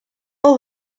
all